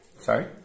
Sorry